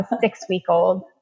six-week-old